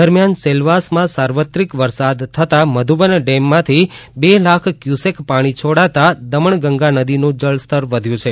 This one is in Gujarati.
દરમિયાન સેલવાસમાં સાર્વત્રિક વરસાદ થતાં મધુબન ડેમમાંથી બે લાખ ક્યુસેક પાણી છોડતા દમણગંગા નદીનું જળ સ્તર વધ્યું છે